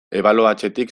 ebaluatzetik